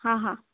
હા હા